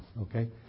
okay